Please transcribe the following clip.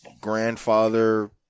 grandfather